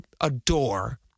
adore